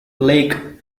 lake